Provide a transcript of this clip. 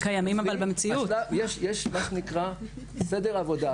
יש מה שנקרא סדר עבודה,